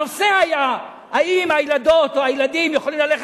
הנושא היה האם הילדות או הילדים יכולים ללכת